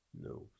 No